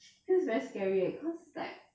feels very scary eh cause like